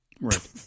Right